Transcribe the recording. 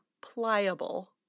pliable